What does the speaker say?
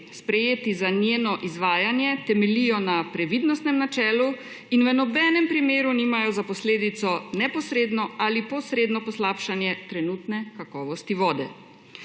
sprejeti za njeno izvajanje, temeljijo na previdnostnem načelu in v nobenem primeru nimajo za posledico neposredno in posredno poslabšanje trenutne kakovosti vode.